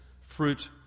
fruit